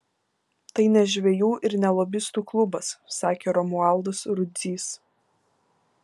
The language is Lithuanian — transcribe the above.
tai ne žvejų ir ne lobistų klubas sakė romualdas rudzys